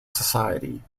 society